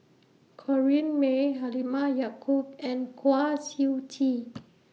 Corrinne May Halimah Yacob and Kwa Siew Tee